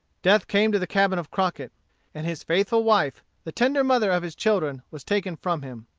death came to the cabin of crockett and his faithful wife, the tender mother of his children, was taken from him.